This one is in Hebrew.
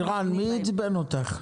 לירן, מי עצבן אותך?